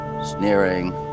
Sneering